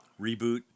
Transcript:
reboot